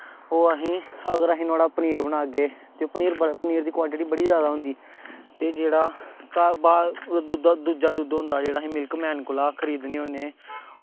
ओह् असें अगर असीं नोहाड़ा पनीर बनागे ते पनीर दी कोआंटटी बड़ी जादा होंदी ते जेह्ड़ा दूजा दुद्ध होंदा जेह्ड़ा असीं मिल्क मैन कोला खऱीदने होन्ने